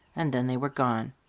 and then they were gone.